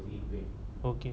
wait wait okay